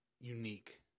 unique